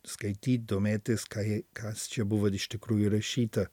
skaityt domėtis ką kas čia buvo iš tikrųjų rašyta